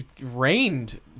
rained